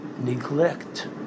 neglect